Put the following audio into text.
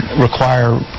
require